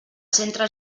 centre